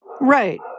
Right